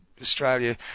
Australia